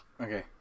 Okay